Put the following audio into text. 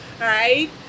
right